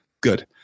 good